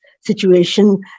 situation